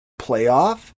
playoff